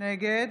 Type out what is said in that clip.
נגד